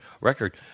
record